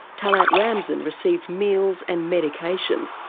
talet ramzan received meals and medication.